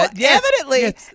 evidently